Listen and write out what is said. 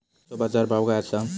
आजचो बाजार भाव काय आसा?